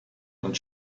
und